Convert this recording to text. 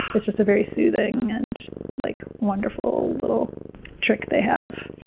it's just a very soothing and like wonderful little trick they have.